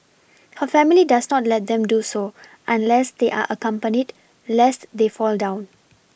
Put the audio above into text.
her family does not let them do so unless they are accompanied lest they fall down